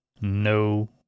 no